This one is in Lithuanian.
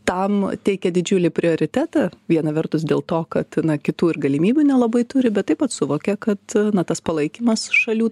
tam teikia didžiulį prioritetą viena vertus dėl to kad na ir kitų galimybių nelabai turi bet taip pat suvokia kad tas palaikymas šalių